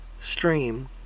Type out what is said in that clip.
stream